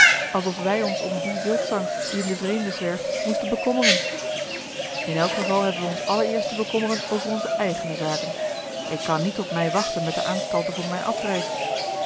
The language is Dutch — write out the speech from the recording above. alsof wij ons om dien wildzang die in den vreemde zwerft moesten bekommeren in elk geval hebben wij ons allereerst te bekommeren over onze eigene zaken ik kan niet tot mei wachten met de aanstalten voor mijne afreis